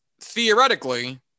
theoretically